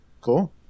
Cool